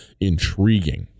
intriguing